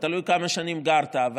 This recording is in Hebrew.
זה תלוי כמה שנים גרת שם,